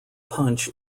punch